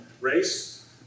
race